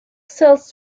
cells